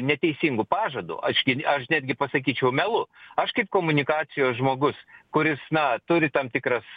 neteisingu pažadu aš gi aš netgi pasakyčiau melu aš kaip komunikacijos žmogus kuris na turi tam tikras